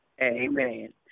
Amen